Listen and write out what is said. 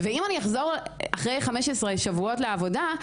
ואם אני אחזור אחרי 15 שבועות לעבודה,